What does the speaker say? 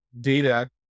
data